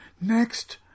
Next